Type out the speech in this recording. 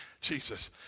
Jesus